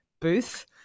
booth